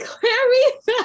Clarice